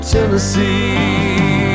Tennessee